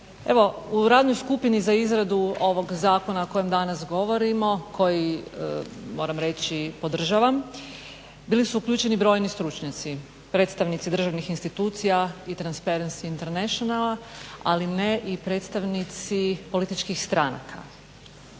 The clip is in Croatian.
Evo u radnoj skupini za izradu ovog zakona o kojem danas govorimo koji moram reći podržavam bili su uključeni brojni stručnjaci, predstavnici državnih institucija i Transparency Internationala ali ne i predstavnici političkih stranaka.